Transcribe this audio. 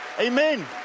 Amen